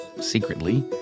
secretly